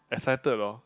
excited or